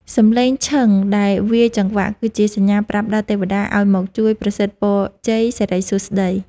សំឡេងឈឹងដែលវាយចង្វាក់ គឺជាសញ្ញាប្រាប់ដល់ទេវតាឱ្យមកជួយប្រសិទ្ធពរជ័យសិរីសួស្ដី។